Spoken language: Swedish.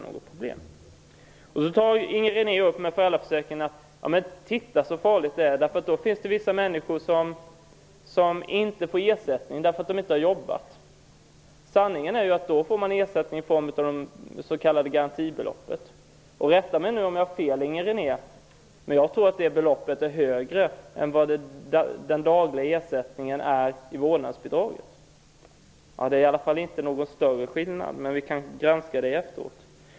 Inger René säger med anledning av föräldraförsäkringen: Titta så farligt det är? Det finns vissa människor som inte får ersättning för att de inte har jobbat. Sanningen är att man då får ersättning i form av det s.k. garantibeloppet. Rätta mig om jag har fel, Inger René, men jag tror att det beloppet är högre än den dagliga ersättningen genom vårdnadsbidraget är. Det är i alla fall inte någon större skillnad. Vi kan granska det efteråt.